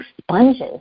sponges